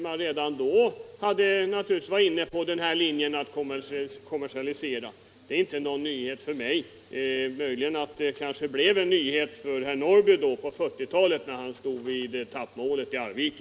Ja, det bevisar bara att man redan då var inne på linjen att kommersialisera idrotten. Det är ingen nyhet för mig. Men det var kanske en nyhet för herr Norrby när han på 1940-talet stod vid etappmålet i Arvika.